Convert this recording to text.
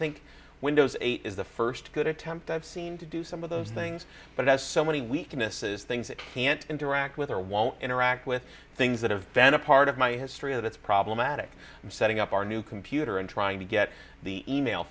think windows eight is the first good attempt i've seen to do some of those things but as so many weaknesses things that can't interact with or won't interact with things that have been a part of my history of that's problematic i'm setting up our new computer and trying to get the email